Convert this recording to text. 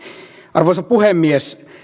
arvoisa puhemies